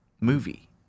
movie